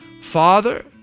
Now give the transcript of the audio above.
Father